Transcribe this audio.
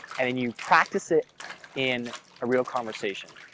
and then you practice it in a real conversation.